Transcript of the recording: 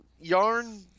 Yarn